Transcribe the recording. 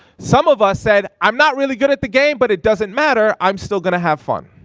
some of us said, i'm not really good at the game, but it doesn't matter, i'm still gonna have fun.